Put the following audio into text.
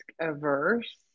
averse